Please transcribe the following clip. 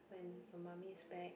when her mummy's back